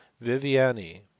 viviani